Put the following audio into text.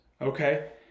okay